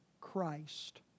Christ